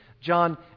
John